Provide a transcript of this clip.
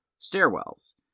Stairwells